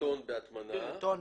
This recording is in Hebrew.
בטון בהטמנה.